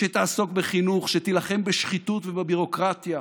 שתעסוק בחינוך, שתילחם בשחיתות ובביורוקרטיה,